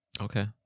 Okay